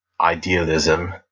idealism